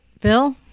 Bill